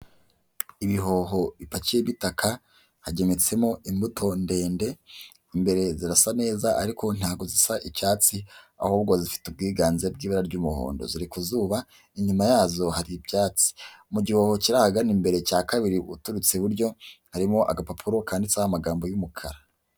Ibihoho bipakiyemo itaka hagemetsemo imbuto ndende. Imbere zirasa neza ariko ntabwo zisa icyatsi, ahubwo zifite ubwiganze bw'ibara ry'umuhondo. Ziri ku zuba, inyuma yazo hari ibyatsi. Mu gihoho kiri ahagana imbere cya kabiri uturutse iburyo, hariho agapapuro kanditseho amagambo y'umukara.